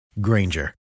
Granger